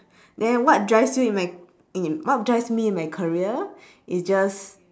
then what drives you in my in what drives me in my career is just